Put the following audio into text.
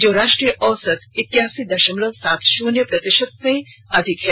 जो राष्ट्रीय औसत इक्यासी दशमलव सात शून्य प्रतिशत से अधिक है